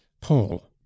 paul